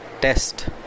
test